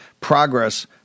progress